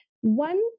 One